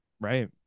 right